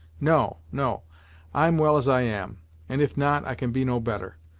no no i'm well as i am and if not, i can be no better.